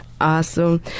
Awesome